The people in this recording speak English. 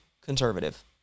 conservative